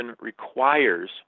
requires